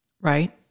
right